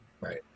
Right